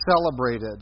celebrated